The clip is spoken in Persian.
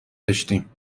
داشتیم